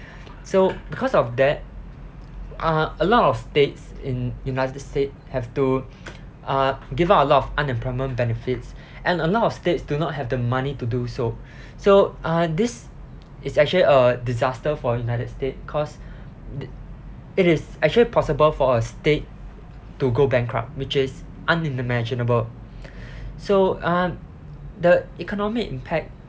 so because of that uh a lot of states in united states have to uh give out a lot of unemployment benefits and a lot of states do not have the money to do so so uh this is actually a disaster for united states cause it is actually possible for a state to go bankrupt which is unimaginable so uh the economic impact